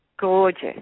Gorgeous